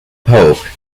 pope